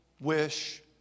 wish